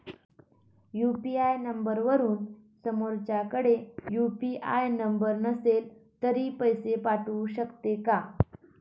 UPI नंबरवरून समोरच्याकडे UPI number नसेल तरी पैसे पाठवू शकते का?